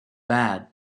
bad